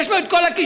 יש לו כל הכישורים.